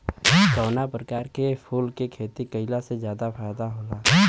कवना प्रकार के फूल के खेती कइला से ज्यादा फायदा होला?